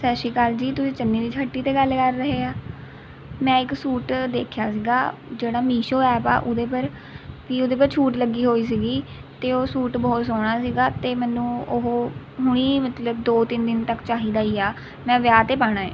ਸਤਿ ਸ਼੍ਰੀ ਅਕਾਲ ਜੀ ਤੁਸੀਂ ਚੰਨੀ ਦੀ ਹੱਟੀ ਤੋਂ ਗੱਲ ਕਰ ਰਹੇ ਹਾਂ ਮੈਂ ਇੱਕ ਸੂਟ ਦੇਖਿਆ ਸੀ ਜਿਹੜਾ ਮੀਸ਼ੋ ਐਪ ਹੈ ਉਹਦੇ ਪਰ ਕਿ ਉਹਦੇ ਪਰ ਛੂਟ ਲੱਗੀ ਹੋਈ ਸੀ ਅਤੇ ਉਹ ਸੂਟ ਬਹੁਤ ਸੋਹਣਾ ਸੀ ਅਤੇ ਮੈਨੂੰ ਉਹ ਹੁਣ ਹੀ ਮਤਲਬ ਦੋ ਤਿੰਨ ਦਿਨ ਤੱਕ ਚਾਹੀਦਾ ਹੀ ਹੈ ਮੈਂ ਵਿਆਹ 'ਤੇ ਪਾਉਣਾ ਹੈ